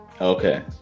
okay